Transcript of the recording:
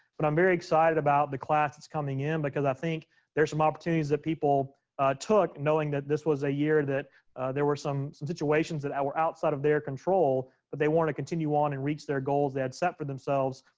but i'm very excited about the class that's coming in, because i think there's some opportunities that people took knowing that this was a year that there were some some situations that are outside of their control, but they want to continue on and reach their goals they had set for themselves.